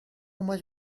much